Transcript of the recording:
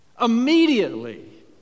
immediately